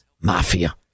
mafia